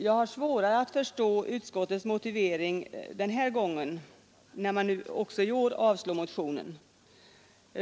Jag har svårare att förstå utskottets motivering den här gången, när man också i år vill avslå motionen.